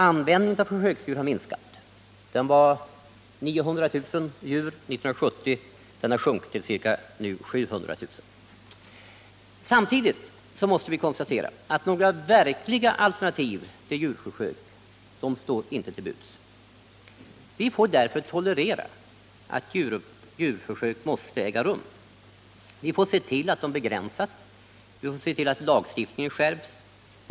Användningen av försöksdjur har minskat från 900 000 djur 1970 till 700 000 i år. Samtidigt måste vi konstatera att några verkliga alternativ till djurförsök inte står till buds. Vi får därför tolerera att djurförsök måste äga rum. Vi får se till att de begränsas. Vi får se till att lagstiftningen skärps.